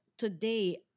Today